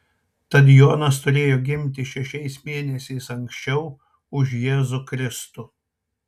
tad jonas turėjo gimti šešiais mėnesiais anksčiau už jėzų kristų